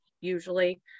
usually